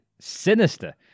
sinister